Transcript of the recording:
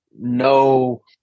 no